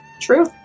True